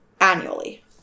annually